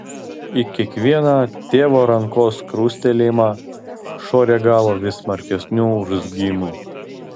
į kiekvieną tėvo rankos krustelėjimą šuo reagavo vis smarkesniu urzgimu